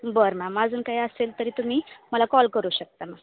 बरं मॅम अजून काही असेल तरी तुम्ही मला कॉल करू शकता मॅम